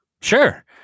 Sure